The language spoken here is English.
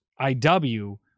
IW